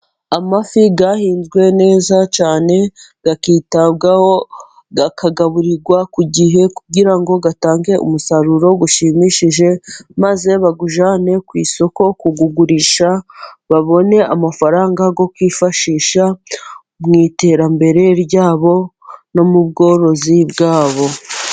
Amafi yahinzwe neza cyane, akitabwaho, akagaburirwa ku gihe, kugira ngo atange umusaruro ushimishije maze bawujyane ku isoko kuwugurisha babone amafaranga yo kwifashisha mu iterambere rya bo, no mu bworozi bwa bo.